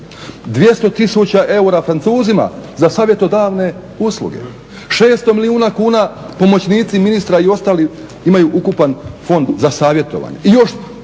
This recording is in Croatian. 200 tisuća eura Francuzima za savjetodavne usluge, 600 milijuna kuna pomoćnici ministra i ostali imaju ukupan fond za savjetovanje i još